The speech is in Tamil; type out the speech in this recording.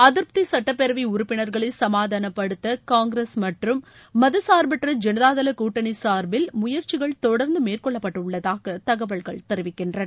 அதிருப்தி சுட்டப்பேரவை உறுப்பினர்களை சமாதானப்படுத்த காங்கிரஸ் மற்றும் மதச்சார்பற்ற கூட்டணி ஜனதாதள சார்பில் முயற்சிகள் தொடர்ந்து மேற்கொண்டுள்ளதாக தகவல்கள் தெரிவிக்கின்றன